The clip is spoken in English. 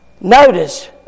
Notice